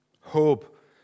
hope